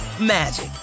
magic